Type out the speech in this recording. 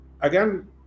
again